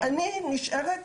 אני נשארת